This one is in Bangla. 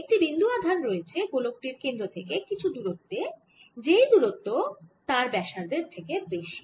একটি বিন্দু আধান রয়েছে গোলক টির কেন্দ্র থেকে কিছু দূরত্বে যেই দূরত্ব তার ব্যাসার্ধের থেকে বেশি